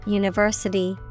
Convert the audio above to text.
university